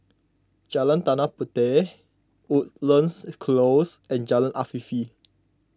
Jalan Tanah Puteh Woodlands Close and Jalan Afifi